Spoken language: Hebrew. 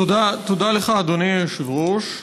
תודה לך, אדוני היושב-ראש.